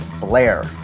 Blair